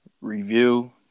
review